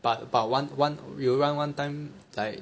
but but one one you run one time like